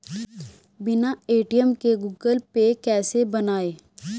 बिना ए.टी.एम के Google Pay कैसे बनायें?